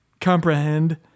comprehend